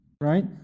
Right